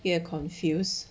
越 confuse